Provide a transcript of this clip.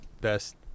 best